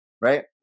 right